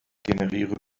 generiere